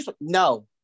No